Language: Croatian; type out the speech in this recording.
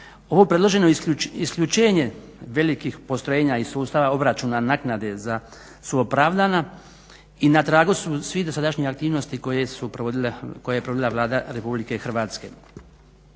Ovo predloženo isključenje velikih postrojenja iz sustava obračuna naknade su opravdana i na tragu su svih dosadašnjih aktivnosti koje je provodila Vlada RH. Naime,